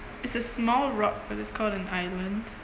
it's a small rock but it's called an island